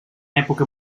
època